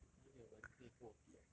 哪里有人可以跟我比 eh